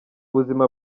buzima